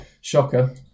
shocker